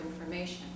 information